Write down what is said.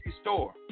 store